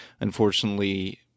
Unfortunately